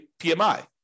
PMI